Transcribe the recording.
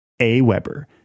AWeber